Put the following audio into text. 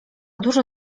dużo